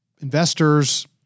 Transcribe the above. investors